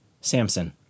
Samson